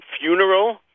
funeral